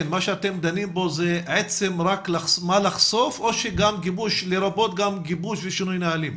מה שאתם דנים בו זה עצם מה לחשוף או לרבות גם גיבוש ושינוי נהלים?